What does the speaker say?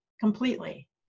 completely